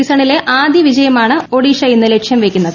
സീസണിലെ ആദ്യ വിജയമാണ് ഒഡിഷ ഇന്ന് ലക്ഷ്യം വെയ്ക്കുന്നത്